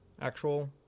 actual